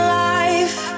life